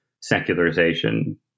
secularization